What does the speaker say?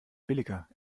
billiger